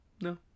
No